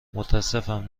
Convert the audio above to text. متاسفم